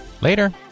Later